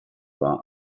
war